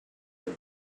have